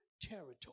territory